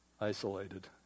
isolated